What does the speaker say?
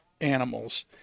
animals